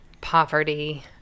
poverty